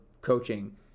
coaching